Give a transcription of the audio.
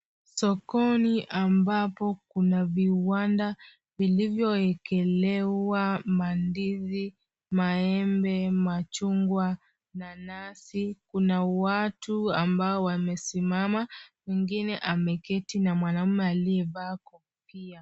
Sokoni ambapo kuna viwanda vilivyoekelewa mandizi, maembe, machungwa, nanasi. Kuna watu ambao wamesimama, mwengine ameketi na mwanaume aliyevaa kofia.